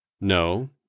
No